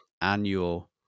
annual